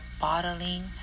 bottling